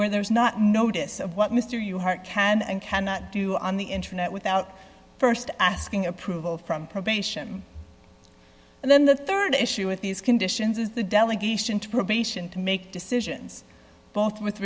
where there is not notice of what mr yoo heart can and cannot do on the internet without st asking approval from probation and then the rd issue with these conditions is the delegation to probation to make decisions both with